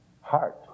heart